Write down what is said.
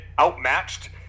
outmatched